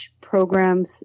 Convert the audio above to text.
programs